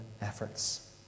efforts